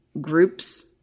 groups